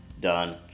done